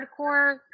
hardcore